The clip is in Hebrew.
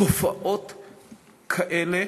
תופעות כאלה,